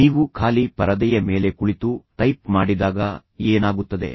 ನೀವು ಖಾಲಿ ಪರದೆಯ ಮೇಲೆ ಕುಳಿತು ಟೈಪ್ ಮಾಡಿದಾಗ ಏನಾಗುತ್ತದೆ